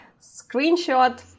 Screenshot